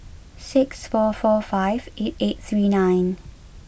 six four four five eight eight three nine